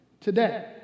today